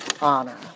honor